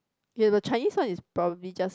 ya the Chinese one is probably just